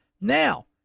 Now